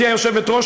גברתי היושבת-ראש,